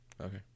Okay